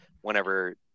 whenever